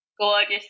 gorgeous